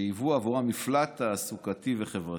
שהיוו עבורם מפלט תעסוקתי וחברתי.